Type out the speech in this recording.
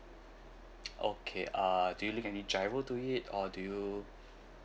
okay uh do you link any GIRO to it or do you